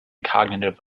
cognitive